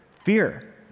Fear